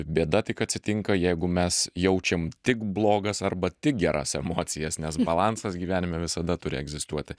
bėda tik atsitinka jeigu mes jaučiam tik blogas arba tik geras emocijas nes balansas gyvenime visada turi egzistuoti